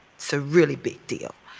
so really big deal.